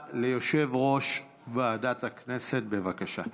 הודעה ליושב-ראש ועדת הכנסת, בבקשה.